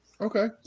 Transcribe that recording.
Okay